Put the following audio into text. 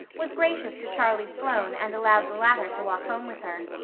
was gracious to charlie sloane and allowed the latter to walk home with her.